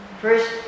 First